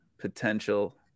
potential